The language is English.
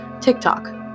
TikTok